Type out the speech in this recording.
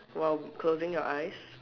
while closing your eyes